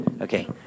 Okay